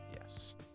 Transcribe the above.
Yes